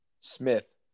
Smith